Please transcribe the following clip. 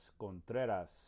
Contreras